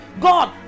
God